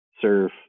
serve